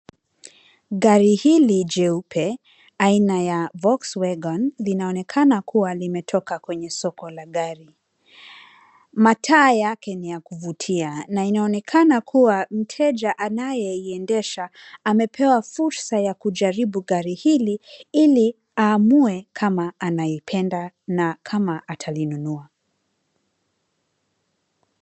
Gari hili jeupe aina ya Volkswagen linaonekana kuwa limetoka kwenye soko la gari. Mataa yake ni ya kuvutia na inaonekana kuwa mteja anayeiendesha amepewa fursa ya kujaribu gari hili, ili aamue kama anaipenda na kama atalinunua.